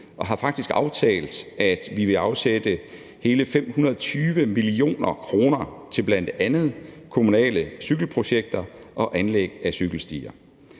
vi har faktisk aftalt, at vi vil afsætte hele 520 mio. kr. til bl.a. kommunale cykelprojekter og anlæg af cykelstier.